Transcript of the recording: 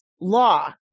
law